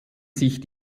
sich